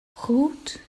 route